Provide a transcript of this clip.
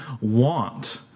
want